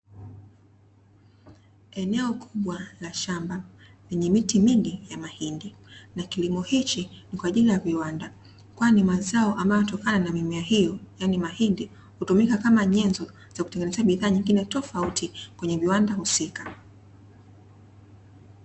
Eneo kubwa la shamba, lenye miti mingi ya mahindi na kilimo hiki ni kwa ajili ya viwanda, kwani mazao yanayotokana na mimea hii yaani mahindi hutumika kama nyenzo ya kutengenezea bidhaa nyingine tofauti kwenye viwanda husika.